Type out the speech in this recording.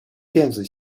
电子